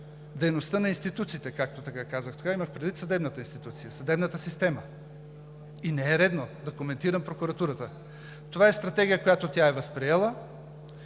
дейността на институциите, както казах тогава, имах предвид съдебната институция, съдебната система, и не е редно да коментирам прокуратурата. Това е стратегия, която тя е възприела,